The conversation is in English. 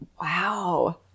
Wow